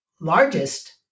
largest